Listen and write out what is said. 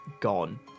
gone